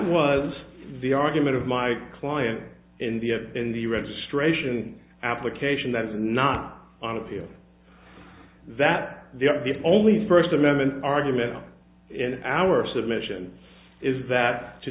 was the argument of my client in the in the registration application that is not on appeal that they are getting only first amendment argument in our submission is that to